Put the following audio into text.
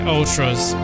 Ultras